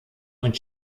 und